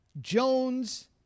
Jones